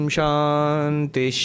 Shanti